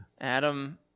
Adam